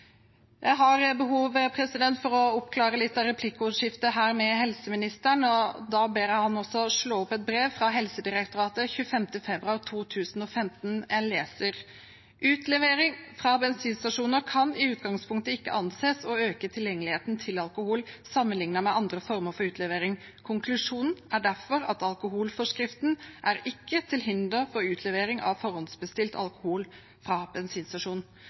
Jeg har behov for å oppklare litt etter replikkordskiftet her med helseministeren, og da ber jeg ham om å slå opp i et brev fra Helsedirektoratet, datert 25. februar 2015. Jeg leser: Utlevering fra bensinstasjoner kan i utgangspunktet ikke anses å øke tilgjengeligheten til alkohol sammenlignet med andre formål for utlevering. Konklusjonen er derfor at alkoholforskriften er ikke til hinder for utlevering av forhåndsbestilt alkohol fra bensinstasjon.